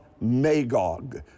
Magog